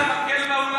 יש סוכריה על מקל באולם?